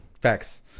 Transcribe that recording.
facts